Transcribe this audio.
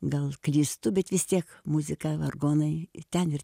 gal klystu bet vis tiek muzika vargonai ten ir